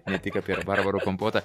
ne tik apie rabarbarų kompotą